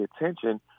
attention